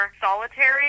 solitary